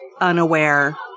unaware